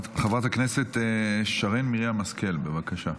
חברת הכנסת שרן מרים השכל, בבקשה.